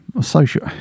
social